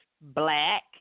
black